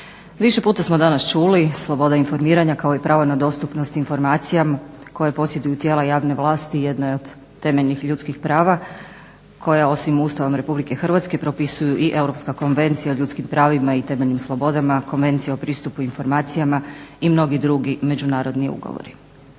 Više puta smo danas čuli sloboda informiranja kao i pravo na dostupnost informacija koje posjeduju tijela javne vlasti jedno je od temeljnih ljudskih prava koja osim Ustavom Republike Hrvatske propisuju i Europska konvencija o ljudskim pravima i temeljnim slobodama, Konvencija o pristupu informacijama i mnogi drugi međunarodni ugovori.